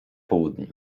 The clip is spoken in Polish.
południu